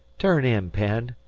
turn in, penn.